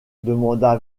demanda